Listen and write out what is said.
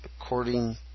according